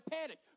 panic